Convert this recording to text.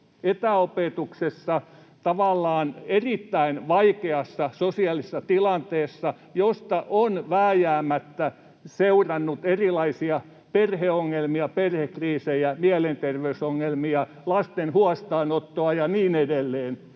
etäopetuksessa tavallaan erittäin vaikeassa sosiaalisessa tilanteessa, josta on vääjäämättä seurannut erilaisia perheongelmia, perhekriisejä, mielenterveysongelmia, lasten huostaanottoja ja niin edelleen,